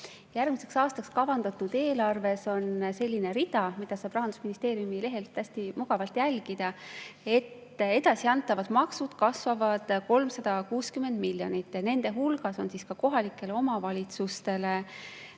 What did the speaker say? Järgmiseks aastaks kavandatud eelarves on selline rida, mida saab Rahandusministeeriumi lehelt hästi mugavalt jälgida: edasiantavad maksud kasvavad 360 miljonit ja nende hulgas on ka kohalikele omavalitsustele